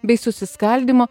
bei susiskaldymo